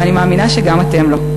ואני מאמינה שגם אתם לא.